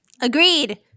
Agreed